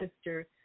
sister